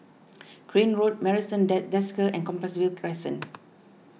Crane Road Marrison at Desker and Compassvale Crescent